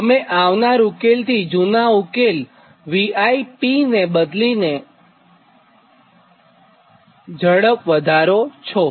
તમે આવનાર ઉકેલથી જુનાં ઉકેલ ViPને બદલી દો છોતેથી ઝડપ વધારે છે